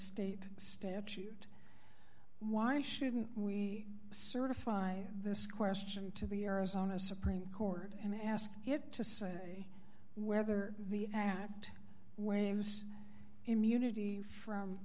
state statute why shouldn't we certify this question to the arizona supreme court and ask him to say whether the act where he was immunity from